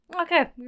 okay